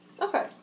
Okay